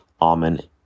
almond